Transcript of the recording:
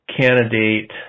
candidate